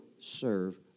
serve